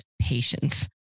patience